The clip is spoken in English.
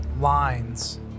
lines